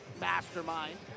mastermind